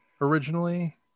originally